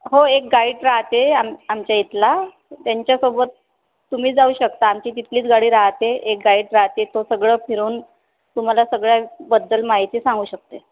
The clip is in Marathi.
हो एक गाईड राहते आम आमच्या इथला त्यांच्यासोबत तुम्ही जाऊ शकता आमची तिथलीच गाडी राहते एक गाईड राहते तो सगळं फिरून तुम्हाला सगळ्याबद्दल माहिती सांगू शकते